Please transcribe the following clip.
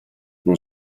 non